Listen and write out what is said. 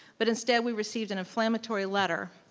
but instead we received an inflammatory letter.